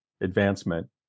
advancement